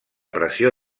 pressió